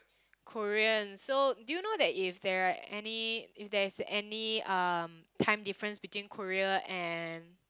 Korean so do you know that if there are any if there is any um time difference between Korea and